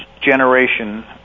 generation